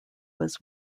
was